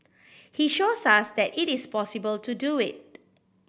he shows us that it is possible to do it